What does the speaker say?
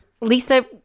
Lisa